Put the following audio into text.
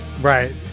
Right